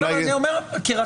אולי --- אני אומר כרציונל,